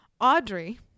Audrey